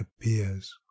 appears